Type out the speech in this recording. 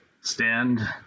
stand